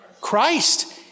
Christ